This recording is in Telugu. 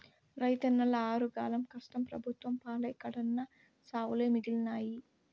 రైతన్నల ఆరుగాలం కష్టం పెబుత్వం పాలై కడన్నా సావులే మిగిలాయి